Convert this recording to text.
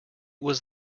was